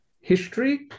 history